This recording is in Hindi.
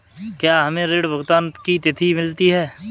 क्या हमें ऋण भुगतान की तिथि मिलती है?